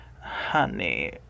honey